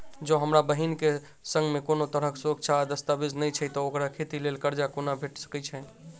जँ हमरा बहीन केँ सङ्ग मेँ कोनो तरहक सुरक्षा आ दस्तावेज नै छै तऽ ओकरा खेती लेल करजा कोना भेटि सकैये?